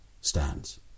stands